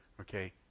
okay